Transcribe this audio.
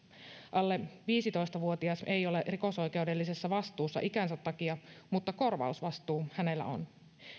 alle viisitoista vuotias ei ole rikosoikeudellisessa vastuussa ikänsä takia mutta korvausvastuu hänellä on